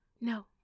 No